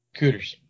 cooters